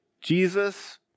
Jesus